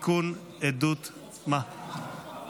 (תיקון, עדות קטין